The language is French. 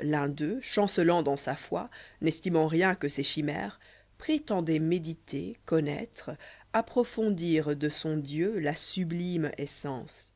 l'un d'eux chancelant dans sa foi n'estimant rien que ses chimères préteudoit méditer connoftre approfondir de son dieu la subbme essence